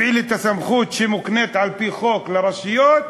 הפעיל את הסמכות שמוקנית על-פי חוק לרשויות,